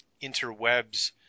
interwebs